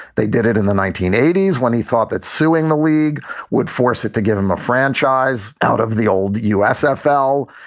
they did it in the nineteen eighty s when he thought that suing the league would force it to give him a franchise out of the old usfl.